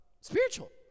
spiritual